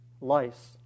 lice